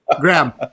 Graham